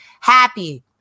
happy